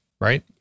right